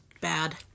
bad